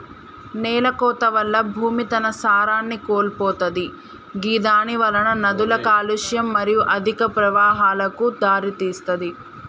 నేలకోత వల్ల భూమి తన సారాన్ని కోల్పోతది గిదానివలన నదుల కాలుష్యం మరియు అధిక ప్రవాహాలకు దారితీస్తది